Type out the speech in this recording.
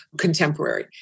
contemporary